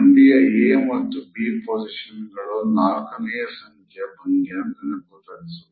ಮಂಡಿಯ A ಮತ್ತು B ಪೊಸಿಷನ್ಸ್ಗಳು ೪ ನೇ ಸಂಖ್ಯೆಯ ಭಂಗಿಯನ್ನು ನೆನಪು ತರಿಸುತ್ತದೆ